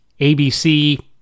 ABC